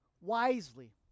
wisely